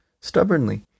stubbornly